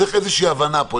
צריך איזושהי הבנה פה.